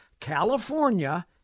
California